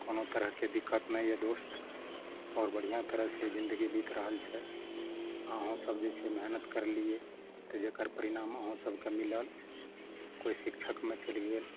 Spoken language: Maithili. कोनो तरहके दिक्कत नहि अइ दोस्त आओर बढ़िआँ तरह से जिन्दगी बीत रहल छै आ अहूँ सब जे छै मेहनत करलियै तऽ जेकर परिणाम अहाँ सबके मिलल केओ शिक्षकमे चलि गेल